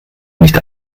nicht